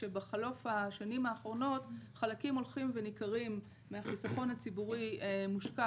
בחלוף השנים האחרונות חלקים הולכים וניכרים מהחיסכון הציבורי מושקע